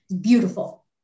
beautiful